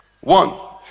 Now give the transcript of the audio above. One